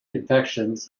infections